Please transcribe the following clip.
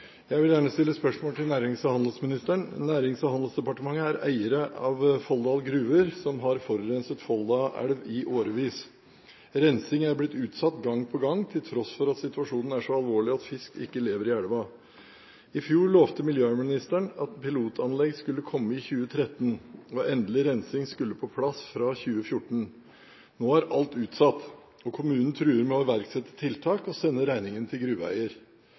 Jeg vil gjerne stille spørsmål til nærings- og handelsministeren: «Nærings- og handelsdepartementet er eier av Folldal Gruver som har forurenset Folla elv i årevis. Rensing er blitt utsatt gang på gang til tross for at situasjonen er så alvorlig at fisk ikke lever i elva. I fjor lovte miljøvernministeren at pilotanlegg skulle komme i 2013 og endelig rensing skulle på plass fra 2014. Nå er alt utsatt, og kommunen truer med å iverksette tiltak og sende regningen til gruveeier.